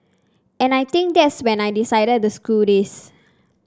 and I think that's when I decided to screw this